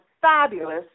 fabulous